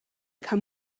come